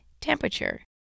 temperature